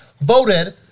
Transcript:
voted